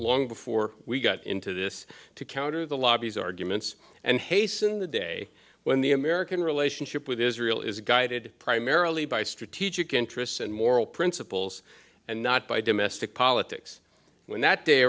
long before we got into this to counter the lobby's arguments and hasten the day when the american relationship with israel is guided primarily by strategic interests and moral principles and not by domestic politics when that day